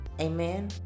Amen